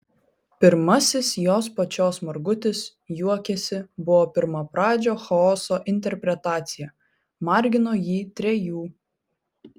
pirmasis jos pačios margutis juokiasi buvo pirmapradžio chaoso interpretacija margino jį trejų